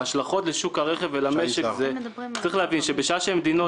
ההשלכות לשוק הרכב ולמשק צריך להבין שבשעה שמדינות